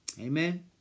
Amen